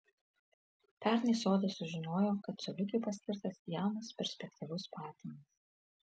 pernai sodas sužinojo kad coliukei paskirtas jaunas perspektyvus patinas